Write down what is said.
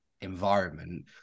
environment